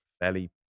fairly